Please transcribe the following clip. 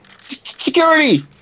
Security